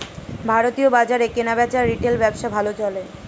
ভারতীয় বাজারে কেনাবেচার রিটেল ব্যবসা ভালো চলে